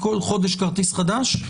כלומר,